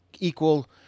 Equal